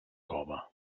cove